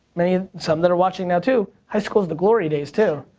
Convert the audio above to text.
many of, some that are watching now too, high school's the glory days, too.